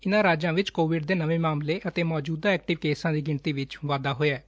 ਇਨਹਾਂ ਰਾਜਾਂ ਵਿਚ ਕੋਵਿਡ ਦੇ ਨਵੇਂ ਮਾਮਲੇ ਅਤੇ ਮੌਜੁਦਾ ਐਕਟਿਵ ਕੇਸਾਂ ਦੀ ਗਿਣਤੀ ਵਿਚ ਵਾਧਾ ਹੋਇਆ ਏ